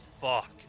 fuck